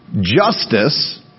justice